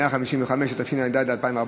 התשע"ד 2014,